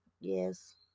Yes